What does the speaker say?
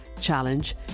challenge